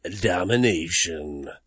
domination